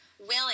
Willing